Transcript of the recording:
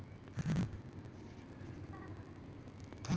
नदी लग कृषि भूमि के मूल्य बड़ बेसी होइत अछि